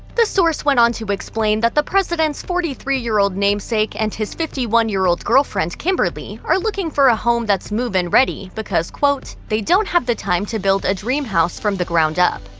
the source went on to explain that the president's forty three year old namesake and his fifty one year old girlfriend kimberly are looking for a home that's move-in ready because, quote, they don't have the time to build a dream house from the ground up.